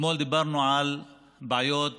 אתמול דיברנו על בעיות